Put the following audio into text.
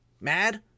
mad